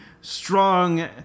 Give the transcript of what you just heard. strong